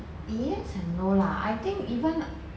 yes and no lah I think even